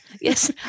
yes